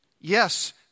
Yes